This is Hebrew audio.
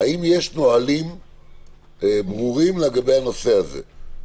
האם יש נהלים ברורים לגבי הנושא הזה?